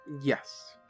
Yes